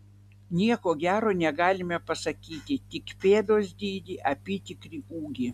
nieko gero negalime pasakyti tik pėdos dydį apytikrį ūgį